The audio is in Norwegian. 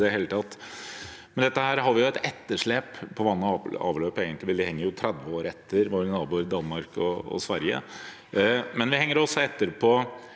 her har vi jo et etterslep på vann og avløp. Egentlig henger vi 30 år etter våre naboer Danmark og Sverige.